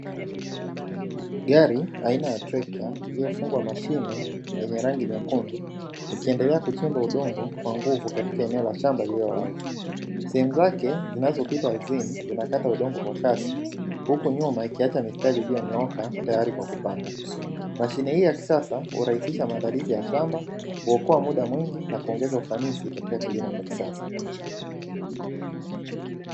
Gari aina ya trekta iliyofungwa mashine yenye rangi nyekundu ikiendelea kuchimba udongo kwa nguvu katika eneo la shamba lililowazi, sehemu zake zinazopita ardhini zinakata udongo kwa kasi huku nyuma ikiacha mistari iliyonyooka tayari kwa kupanda, mashine hii ya kisasa hurahisisha maandalizi ya shamba, kuokoa muda mwingi na kuongeza ufanisi kilimo cha kisasa.